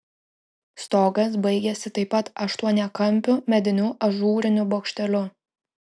stogas baigėsi taip pat aštuoniakampiu mediniu ažūriniu bokšteliu